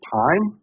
time